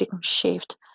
shift